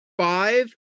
five